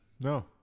No